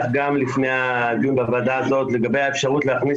גם לפני הדיון בוועדה הזו לגבי אפשרות להכניס